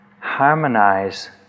harmonize